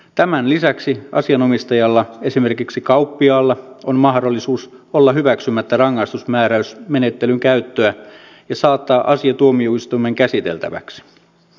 tämän lisäksi asianomistajalla esimerkiksi kauppiaalla on mahdollisuus olla hyväksymättä rangaistusmääräysmenettelyn käyttöä ja saattaa asia tuomioistuimen käsiteltäväksi